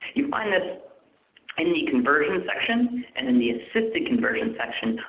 you find this and the conversion section, and in the assisted conversion section,